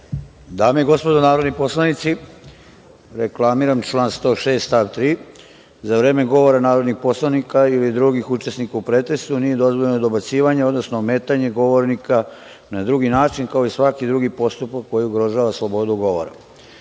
Dame i gospodo narodni poslanici, reklamiram član 106. stav 3. – za vreme govora narodnih poslanika ili drugih učesnika u pretresu nije dozvoljeno dobacivanje, odnosno ometanje govornika na drugi način, kao i svaki drugi postupak koji ugrožava slobodu govora.